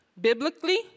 biblically